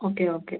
okay okay